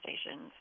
stations